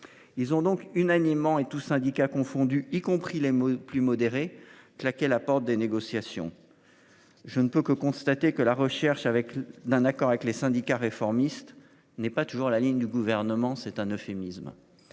Ils ont donc unanimement et tous syndicats confondus y compris les plus modérés claqué la porte des négociations. Je ne peux que constater que la recherche avec d'un accord avec les syndicats réformistes n'est pas toujours la ligne du gouvernement, c'est un euphémisme.